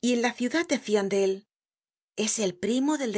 y en la ciudad decian de él es el pri mo del